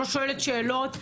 לא שואלת שאלות,